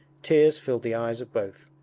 tears filled the eyes of both.